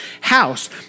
house